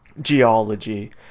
geology